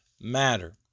matter